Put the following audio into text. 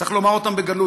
צריך להגיד אותם בגלוי,